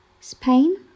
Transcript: Spain